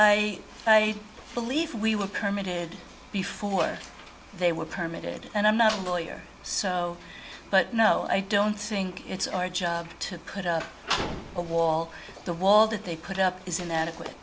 e i believe we were permeated before they were permitted and i'm not a lawyer so but no i don't think it's our job to put up a wall the wall that they put up is inadequate